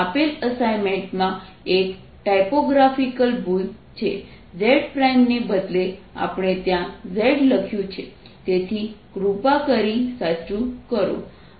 આપેલ અસાઇનમેન્ટમાં એક ટાઇપોગ્રાફિકલ ભૂલ છે zને બદલે આપણે ત્યાં z લખ્યું છે તેથી કૃપા કરી સાચું કરો